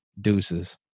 Deuces